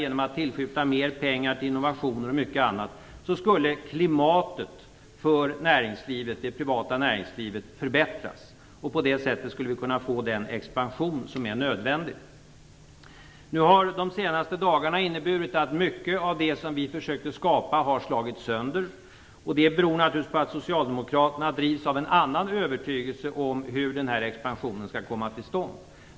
Genom att tillskjuta mer pengar till innovationer och mycket skulle klimatet för det privata näringslivet förbättras, och på det sättet skulle vi kunna få den expansion som är nödvändig. Nu har de senaste dagarna inneburit att mycket av det som vi försökte skapa har slagits sönder. Det beror naturligtvis på att Socialdemokraterna drivs av en annan övertygelse om hur den här expansionen skall komma till stånd.